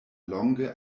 longe